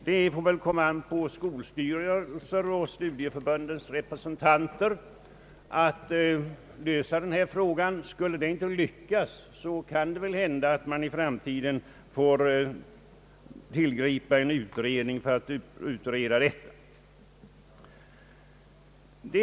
Det får väl komma an på skolstyrelser och studieförbundens representanter att lösa frågan. Skulle de inte lyckas, kan det väl hända att man i framtiden får tillgripa en utredning för att fastställa gränserna.